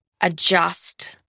adjust